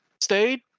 stayed